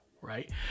right